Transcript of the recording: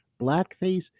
Blackface